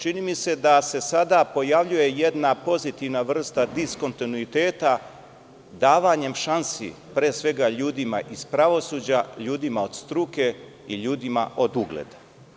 Čini mi se da se sada pojavljuje jedna pozitivna vrsta diskontinuiteta davanjem šansi ljudima iz pravosuđa, ljudima od struke i ljudima od ugleda.